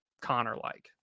Connor-like